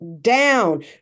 down